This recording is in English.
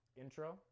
intro